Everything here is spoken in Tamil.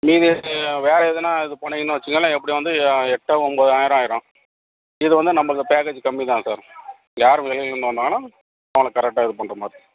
நீங்கள் இது வேறு எதனால் இது போனீங்கன்னால் வச்சுங்கோளேன் எப்படியும் வந்து எட்டு ஒம்பதனாயிரம் ஆயிரும் இது வந்து நமக்கு பேக்கேஜ் கம்மிதான் சார் யார் வெளியிலேருந்து வந்தாங்கன்னால் அவங்களுக்கு கரெக்டாக இது பண்ணுற மாதிரி